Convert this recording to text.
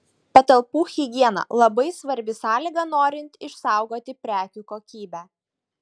patalpų higiena labai svarbi sąlyga norint išsaugoti prekių kokybę